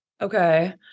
Okay